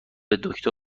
دکتر